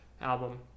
album